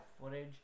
footage